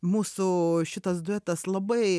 mūsų šitas duetas labai